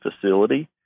facility